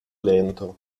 lento